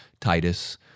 Titus